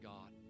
God